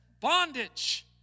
bondage